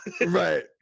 Right